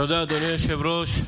תודה, אדוני היושב-ראש.